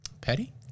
petty